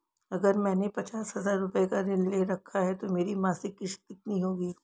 अगर मैंने पचास हज़ार रूपये का ऋण ले रखा है तो मेरी मासिक किश्त कितनी होगी?